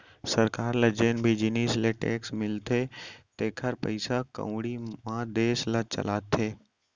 सरकार ल जेन भी जिनिस ले टेक्स मिलथे तेखरे पइसा कउड़ी म देस ल चलाथे